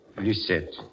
Lucette